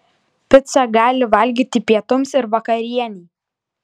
picą gali valgyti pietums ir vakarienei